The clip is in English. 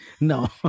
No